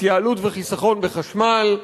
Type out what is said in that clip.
התייעלות וחיסכון בחשמל,